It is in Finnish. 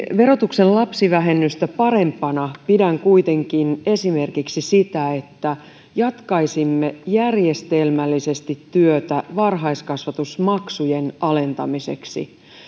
verotuksen lapsivähennystä parempana pidän kuitenkin esimerkiksi sitä että jatkaisimme järjestelmällisesti työtä varhaiskasvatusmaksujen alentamiseksi